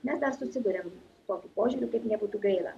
mes dar susiduriam su tokiu požiūriu kaip nebūtų gaila